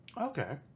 Okay